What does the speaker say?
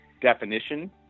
definition